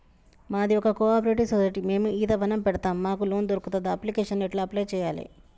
మాది ఒక cooperative society మేము ఈత వనం పెడతం మాకు లోన్ దొర్కుతదా? అప్లికేషన్లను ఎట్ల అప్లయ్ చేయాలే?